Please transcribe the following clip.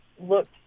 looked